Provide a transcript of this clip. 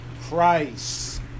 Christ